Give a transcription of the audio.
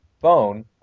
phone